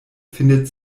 findet